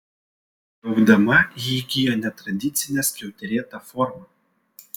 beaugdama ji įgijo netradicinę skiauterėtą formą